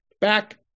back